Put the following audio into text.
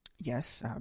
Yes